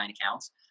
accounts